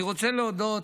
אני רוצה להודות